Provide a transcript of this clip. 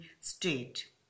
state